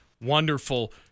wonderful